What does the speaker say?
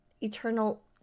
eternal